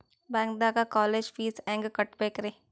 ಬ್ಯಾಂಕ್ದಾಗ college fees ಹೆಂಗ್ ಕಟ್ಟ್ಬೇಕ್ರಿ?